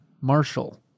Marshall